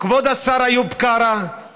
כבוד השר איוב קרא,